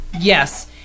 Yes